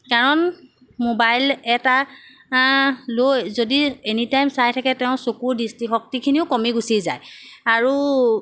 কাৰণ মোবাইল এটা লৈ যদি এনিটাইম চাই থাকে তেওঁ চকুৰ দৃষ্টি শক্তিখিনিও কমি গুচি যায় আৰু